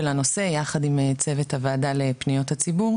הנושא יחד עם צוות הוועדה לפניות הציבור,